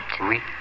Oui